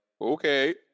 okay